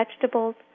vegetables